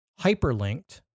hyperlinked